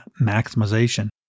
maximization